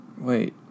Wait